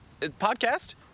podcast